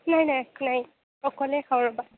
নাই নাই নাই অকলেই খাওঁ ৰবা